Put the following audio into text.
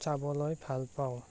চাবলৈ ভাল পাওঁ